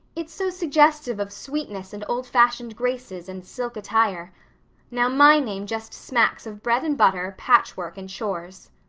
it's so suggestive of sweetness and old-fashioned graces and silk attire now, my name just smacks of bread and butter, patchwork and chores.